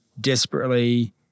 desperately